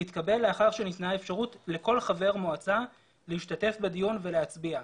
תתקבל לאחר שניתנה אפשרות לכל חבר מועצה להשתתף בדיון ולהצביע".